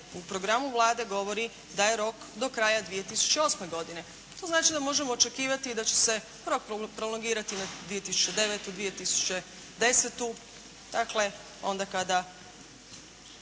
u programu Vlade govori da je rok do kraja 2008. godine. To znači da možemo očekivati i da će se rok prolongirati na 2009., 2010.